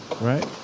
right